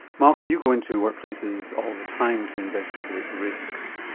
malcolm you go into workplaces all the time to investigate risks.